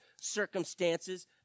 circumstances